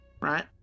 right